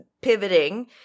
pivoting